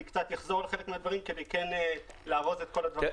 אני אחזור על חלק מהדברים כדי כן להראות את הכול.